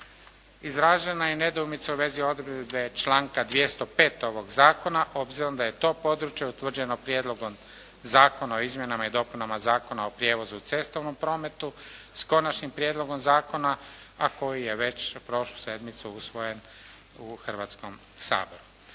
Izražena je i nedoumica u vezi odredbe članka 205. ovog zakona obzirom da je to područje utvrđeno Prijedlogom zakona o izmjenama i dopunama Zakona o prijevozu u cestovnom prometu s konačnim prijedlogom zakona a koji je već prošlu sedmicu usvojen u Hrvatskom saboru.